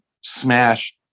smash